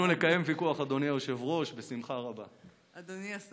אנחנו נקיים ויכוח, אדוני היושב-ראש, בשמחה רבה.